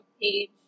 page